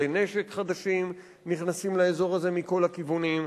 כלי נשק חדשים נכנסים לאזור הזה מכל הכיוונים.